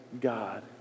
God